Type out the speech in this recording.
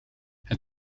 het